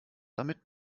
damit